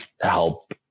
help